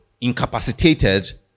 incapacitated